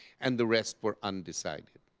and the rest were undecided.